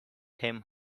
him